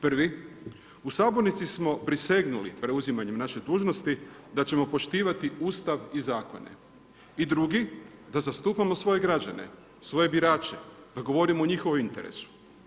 Prvi, u sabornici smo prisegnuli preuzimanju naše dužnosti, da ćemo poštivati Ustav i zakon i drugi, da zastupamo svoje građane, svoje birače, da govorimo o njihovom interesu.